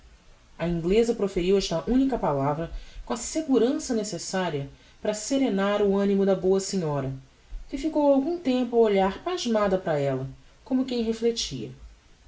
a ingleza proferiu esta unica palavra com a segurança necessaria para serenar o animo da boa senhora que ficou algum tempo a olhar pasmada para ella como quem reflectia